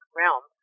realm